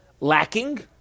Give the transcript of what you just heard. lacking